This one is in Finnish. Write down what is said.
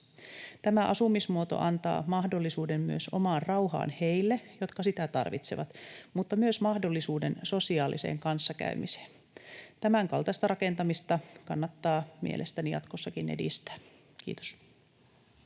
Tämä asumismuoto antaa mahdollisuuden myös omaan rauhaan heille, jotka sitä tarvitsevat, mutta myös mahdollisuuden sosiaaliseen kanssakäymiseen. Tämänkaltaista rakentamista kannattaa mielestäni jatkossakin edistää. — Kiitos.